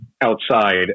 outside